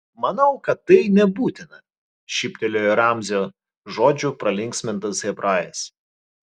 manau kad tai nebūtina šyptelėjo ramzio žodžių pralinksmintas hebrajas